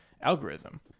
algorithm